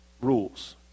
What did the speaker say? rules